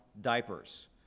diapers